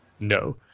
no